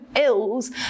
ills